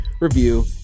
review